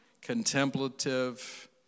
contemplative